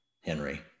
Henry